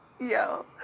Yo